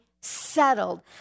settled